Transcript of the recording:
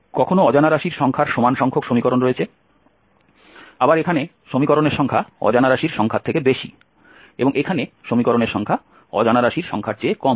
কখনও অজানা রাশির সংখ্যার সমান সংখ্যক সমীকরণ রয়েছে আবার এখানে সমীকরণের সংখ্যা অজানা রাশির সংখ্যার থেকে বেশি এবং এখানে সমীকরণের সংখ্যা অজানা রাশির সংখ্যার চেয়ে কম